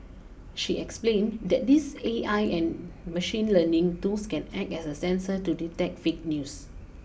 she explained that these A I and machine learning tools can act as a sensor to detect fake news